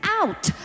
out